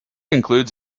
includes